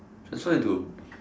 transform into